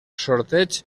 sorteig